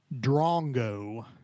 Drongo